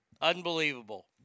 Unbelievable